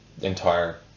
entire